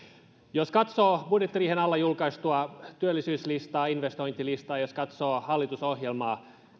jos katsoo budjettiriihen alla julkaistua työllisyyslistaa ja investointilistaa ja jos katsoo hallitusohjelmaa